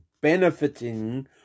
benefiting